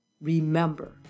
Remember